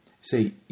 Say